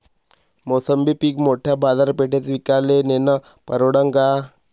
मोसंबी पीक मोठ्या बाजारपेठेत विकाले नेनं परवडन का?